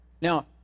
Now